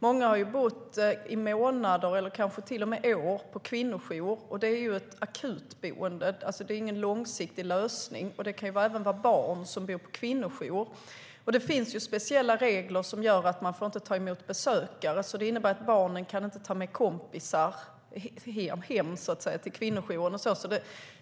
Många har i stället bott i månader eller kanske till och med i år på kvinnojour, vilket är ett akutboende och ingen långsiktig lösning. Även barn kan bo på kvinnojour, och eftersom det finns speciella regler som gör att man inte får ta emot besökare innebär det att barnen inte kan ta med kompisar "hem" till kvinnojouren.